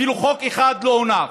אפילו חוק אחד לא הונח.